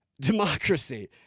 democracy